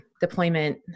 deployment